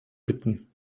bitten